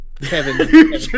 Kevin